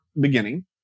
beginning